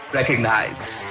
recognize